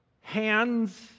hands